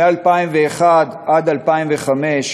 מ-2001 עד 2005,